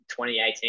2018